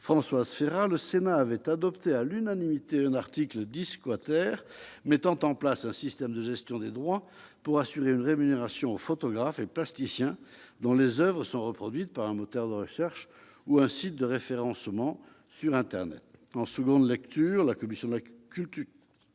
Françoise Férat, le Sénat avait adopté à l'unanimité un article 10 mettant en place un système de gestion des droits pour assurer une rémunération aux photographes et aux plasticiens dont les oeuvres sont reproduites par un moteur de recherche ou un site de référencement sur internet. En seconde lecture, la commission de la culture